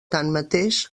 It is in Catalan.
tanmateix